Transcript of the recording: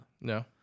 No